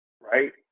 right